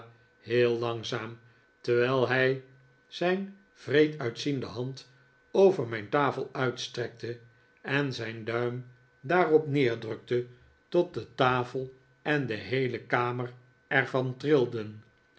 heel langzaam terwijl hij zijn wreed uitziende hand over mijn tafel uitstrekte en zijn duim daarop neerdrukte tot de tafel en de heele kamer er van trilden